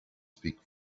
speak